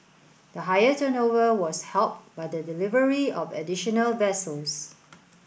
the higher turnover was helped by the delivery of additional vessels